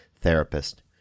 therapist